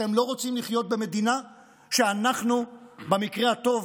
אתם לא רוצים לחיות במדינה שאנחנו במקרה הטוב